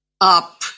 up